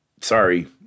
Sorry